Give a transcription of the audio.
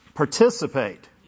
participate